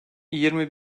yirmi